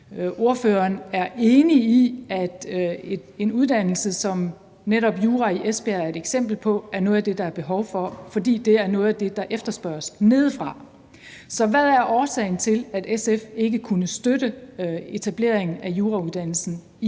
ordføreren er enig i, at en uddannelse som netop jura i Esbjerg er et eksempel på noget af det, der er behov, fordi det er noget af det, der efterspørges nedefra. Så hvad er årsagen til, at SF ikke kunne støtte etableringen af jurauddannelsen i